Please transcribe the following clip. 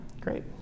Great